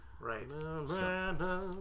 right